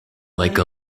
like